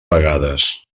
vegades